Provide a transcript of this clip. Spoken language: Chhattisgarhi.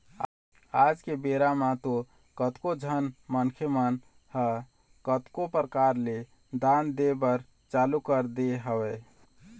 आज के बेरा म तो कतको झन मनखे मन ह कतको परकार ले दान दे बर चालू कर दे हवय